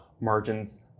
margins